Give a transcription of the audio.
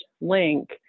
link